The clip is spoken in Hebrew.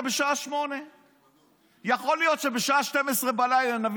בשעה 08:00. יכול להיות שבשעה 24:00,